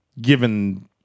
given